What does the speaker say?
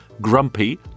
grumpy